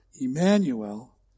Emmanuel